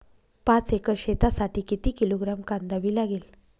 पाच एकर शेतासाठी किती किलोग्रॅम कांदा बी लागेल?